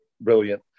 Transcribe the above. Brilliant